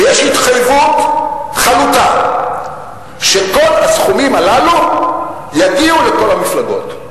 ויש התחייבות חלוטה שכל הסכומים הללו יגיעו לכל המפלגות.